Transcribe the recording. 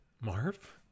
marv